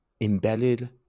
embedded